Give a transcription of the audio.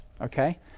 Okay